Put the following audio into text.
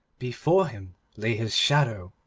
before him lay his shadow,